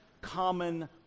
common